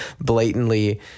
blatantly